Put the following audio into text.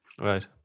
right